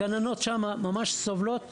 הגננות שם ממש סובלות.